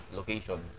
Location